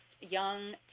young